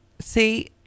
See